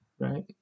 right